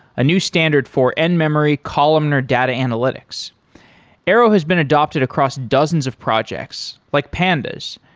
a new standard for end-memory columnar data analytics arrow has been adapted across dozens of projects, like pandas,